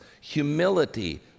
humility